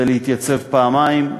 זה להתייצב פעמיים,